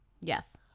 yes